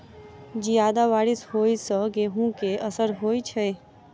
जियादा बारिश होइ सऽ गेंहूँ केँ असर होइ छै?